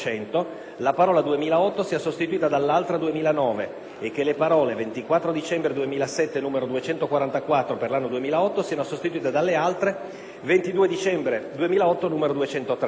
la parola: "2008" sia sostituita dall'altra: "2009" e che le parole: "24 dicembre 2007, n. 244, per l'anno 2008" siano sostituite dalle altre: "22 dicembre 2008, n. 203";